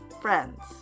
friends